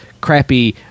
crappy